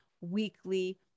weekly